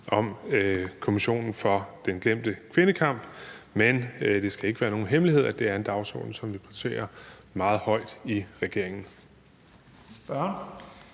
om Kommissionen for den glemte kvindekamp, men det skal ikke være nogen hemmelighed, at det er en dagsorden, som vi prioriterer meget højt i regeringen.